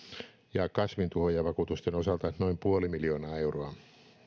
ja kasvintuhoojavakuutusten osalta noin puoli miljoonaa euroa